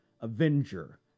Avenger